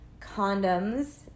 condoms